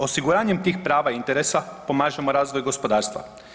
Osiguranjem tih prava interesa pomažemo razvoju gospodarstva.